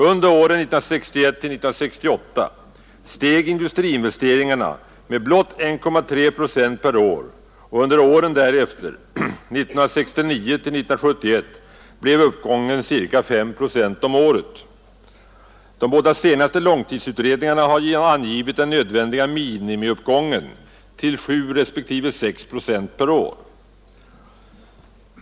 Under åren 1961—1968 steg industriinvesteringarna med blott 1,3 procent per år och under åren därefter, 1969—1971, blev uppgången cirka 5 procent om året. De båda senaste långtidsutredningarna har angivit den nödvändiga minimiuppgången till 7 respektive 6,5 procent per år.